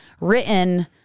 written